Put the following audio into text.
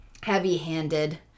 heavy-handed